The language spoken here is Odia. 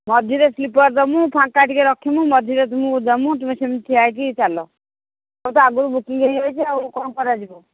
ମଝିରେ ସ୍ଲିପର ଦେବୁ ଫାଙ୍କା ଟିକେ ରଖିବୁ ମଝିରେ ତୁମକୁ ଦେବୁ ତୁମେ ସେମତି ଠିଆ ହୋଇକି ଚାଲ ତ ଆଗରୁ ବୁକିଂ ହୋଇଯାଇଛି ଆଉ କ'ଣ କରାଯିବ